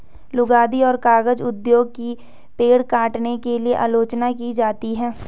लुगदी और कागज उद्योग की पेड़ काटने के लिए आलोचना की जाती है